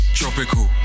tropical